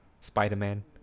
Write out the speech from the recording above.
Spider-Man